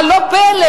אבל לא פלא,